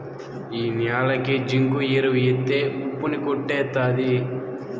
ఈ న్యాలకి జింకు ఎరువు ఎత్తే ఉప్పు ని కొట్టేత్తది